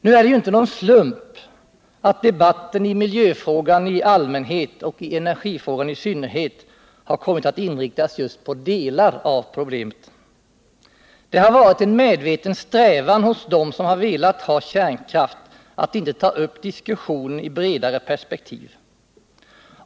Nu är det ju inte någon slump att debatten i miljöfrågan i allmänhet och i energifrågan i synnerhet har kommit att inriktas just på delar av problemet. Det har varit en medveten strävan hos dem som velat ha kärnkraft att inte ta upp diskussionen i ett bredare perspektiv.